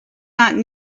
not